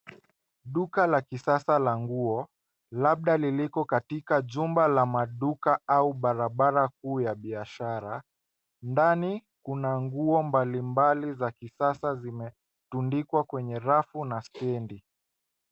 Duka la kisasa la nguo, labda liliko katika jumba la maduka au barabara kuu ya biashara . Ndani kuna nguo mbali mbali za kisasa zimetundikwa kwenye rafu na stendi.